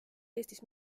eestis